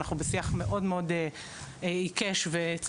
אנחנו בשיח מאוד מאוד עיקש וצפוף איתם.